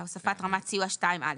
הוספת רמת סיוע 2(א).